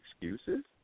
excuses